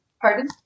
Pardon